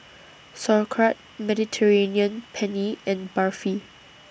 Sauerkraut Mediterranean Penne and Barfi